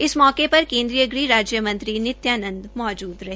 इस मौके पर केन्द्रीय गृह राज्य मंत्री नित्यानंद मौजूद रहे